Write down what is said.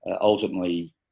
ultimately